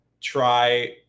try